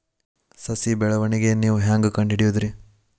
ಸಸಿ ಬೆಳವಣಿಗೆ ನೇವು ಹ್ಯಾಂಗ ಕಂಡುಹಿಡಿಯೋದರಿ?